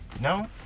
no